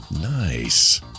Nice